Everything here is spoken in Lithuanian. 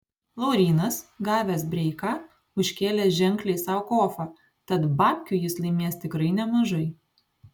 laurynas gavęs breiką užkėlė ženkliai sau kofą tad babkių jis laimės tikrai nemažai